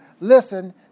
listen